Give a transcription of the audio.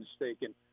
mistaken